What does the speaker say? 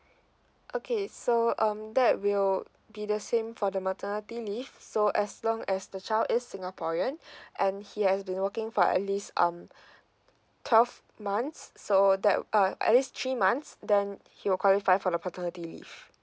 okay so um that will be the same for the maternity leave so as long as the child is singaporean and he has been working for at least um twelve months so that uh at least three months then he will qualify for the paternity leave